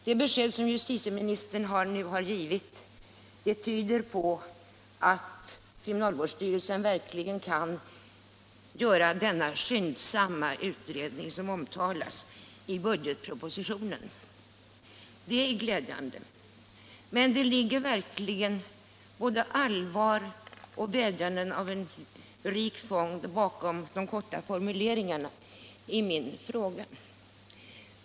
Det besked som justitieministern nu har givit tyder på att kriminalvårdsstyrelsen verkligen kan göra den skyndsamma utredning som omtalas i budgetpropositionen, och det är glädjande. Det ligger sannerligen både allvar och en rik fond av vädjanden bakom de korta formuleringarna i min fråga.